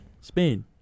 Spain